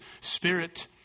spirit